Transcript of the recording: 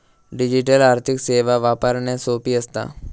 digital आर्थिक सेवा वापरण्यास सोपी असता